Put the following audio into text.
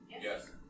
Yes